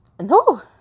no